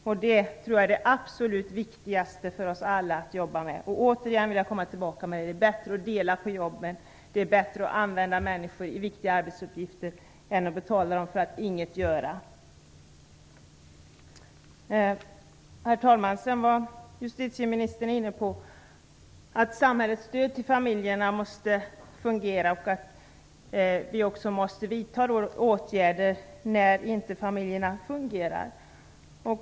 Jag tror att det är det absolut viktigaste för oss alla att arbeta för. Jag vill återigen komma tillbaka till att det är bättre att dela på jobben och att använda människor i viktiga arbetsuppgifter än att betala dem för att inget göra. Herr talman! Justitieministern var inne på att samhällets stöd till familjerna måste fungera och även på att vi måste vidta åtgärder när familjerna inte fungerar.